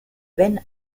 wenn